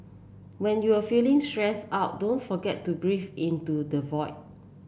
when you are feeling stressed out don't forget to breathe into the void